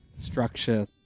structure